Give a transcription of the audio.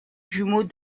jumeau